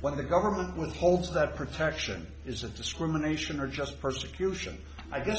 when the government withholds that protection is that discrimination or just persecution i guess